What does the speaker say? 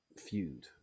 feud